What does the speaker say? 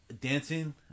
dancing